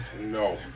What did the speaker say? no